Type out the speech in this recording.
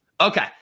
Okay